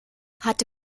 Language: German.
hat